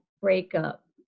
breakup